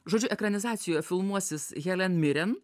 žodžiu ekranizacijoj filmuosis helen miren